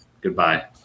Goodbye